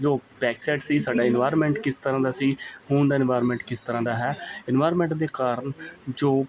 ਜੋ back side ਸੀ ਸਾਡਾ ਇਨਵਾਇਰਮੈਂਟ ਕਿਸ ਤਰ੍ਹਾਂ ਦਾ ਸੀ ਹੁਣ ਦਾ ਇਨਵਾਇਰਮੈਂਟ ਕਿਸ ਤਰ੍ਹਾਂ ਦਾ ਹੈ ਇਨਵਾਇਰਮੈਂਟ ਦੇ ਕਾਰਨ ਜੋ